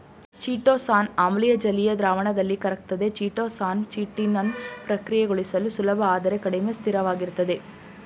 chitosan ಆಮ್ಲೀಯ ಜಲೀಯ ದ್ರಾವಣದಲ್ಲಿ ಕರಗ್ತದೆ ಚಿಟೋಸಾನ್ ಚಿಟಿನನ್ನು ಪ್ರಕ್ರಿಯೆಗೊಳಿಸಲು ಸುಲಭ ಆದರೆ ಕಡಿಮೆ ಸ್ಥಿರವಾಗಿರ್ತದೆ